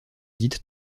dite